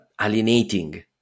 alienating